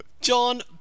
John